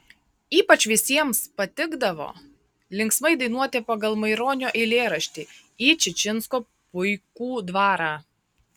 ypač visiems patikdavo linksmai dainuoti pagal maironio eilėraštį į čičinsko puikų dvarą